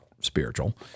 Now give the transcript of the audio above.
spiritual